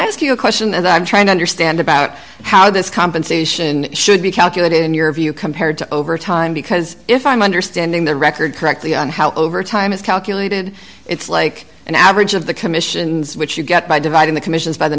ask you a question that i'm trying to understand about how this compensation should be calculated in your view compared to over time because if i'm understanding the record correctly and how overtime is calculated it's like an average of the commissions which you get by dividing the commissions by the